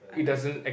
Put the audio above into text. understood